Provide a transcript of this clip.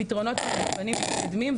הפתרונות הם מגוונים ומתקדמים,